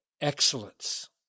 excellence